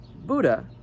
Buddha